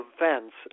events